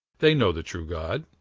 they know the true god,